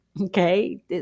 Okay